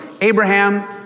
Abraham